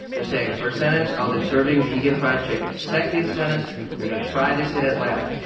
they're saying, first sentence, oh, they're serving vegan fried chicken. second sentence they're going to try this in atlanta.